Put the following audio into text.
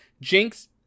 Jinx